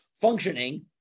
functioning